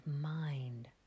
mind